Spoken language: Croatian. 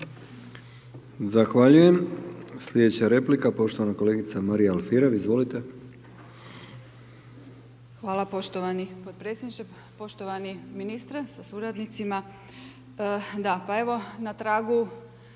Zahvaljujem. Sljedeća replika poštovana kolegica Marija Alfirev. **Alfirev, Marija (SDP)** Hvala poštovani potpredsjedniče, poštovani ministre sa suradnicima. Da, pa evo na tragu